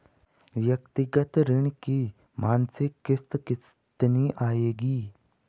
व्यक्तिगत ऋण की मासिक किश्त कितनी आएगी?